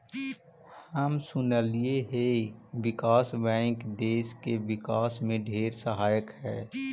हम सुनलिअई हे विकास बैंक देस के विकास में ढेर सहायक हई